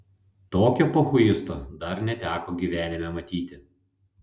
tokio pochuisto dar neteko gyvenime matyti